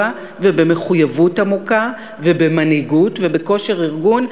ובמחויבות עמוקה ובמנהיגות ובכושר ארגון,